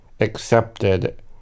accepted